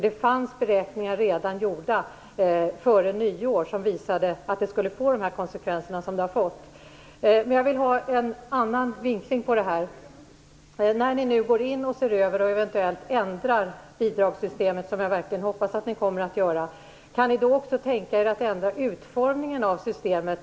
Det fanns redan före nyår beräkningar gjorda som visade att det skulle bli de konsekvenser som det har blivit. Jag vill ha en annan vinkling på det här. När ni nu går in och ser över och eventuellt ändrar bidragssystemet - vilket jag verkligen hoppas att ni kommer att göra - kan ni då tänka er att ändra utformningen av systemet?